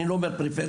אני לא בעד פריפריה.